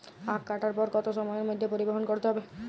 আখ কাটার পর কত সময়ের মধ্যে পরিবহন করতে হবে?